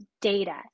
data